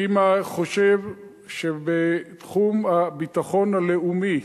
אני חושב שבתחום הביטחון הלאומי,